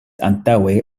antaŭe